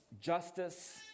justice